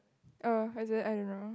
oh is it I don't know